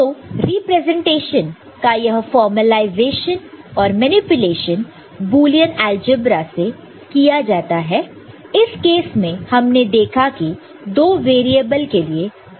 तो रिप्रेजेंटेशन का यह फॉर्मलाइजेशन और मैनिपुलेशन बुलियन अलजेब्रा से किया जाता है इस केस में हमने देखा कि 2 वेरिएबल के लिए 16 ऐसे पॉसिबिलिटीज है